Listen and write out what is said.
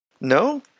No